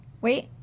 Wait